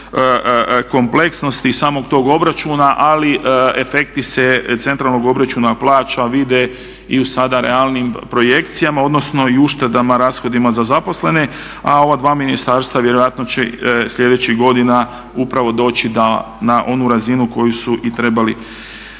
kompleksnosti samog tog obračuna, ali efekti se centralnog obračuna plaća vide i u sada realnijim projekcijama odnosno i uštedama, rashodima za zaposlene, a ova dva ministarstva vjerojatno će sljedećih godina upravo doći na onu razinu koju su i trebali